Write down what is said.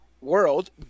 world